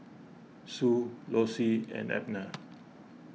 Sue Lossie and Abner